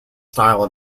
style